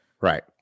Right